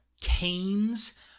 canes